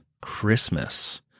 Christmas